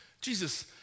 Jesus